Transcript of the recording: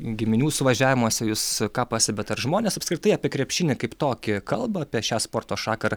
giminių suvažiavimuose jūs ką pastebit ar žmonės apskritai apie krepšinį kaip tokį kalba apie šią sporto šaką ar